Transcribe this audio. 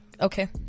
Okay